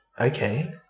okay